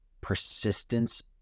persistence